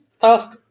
task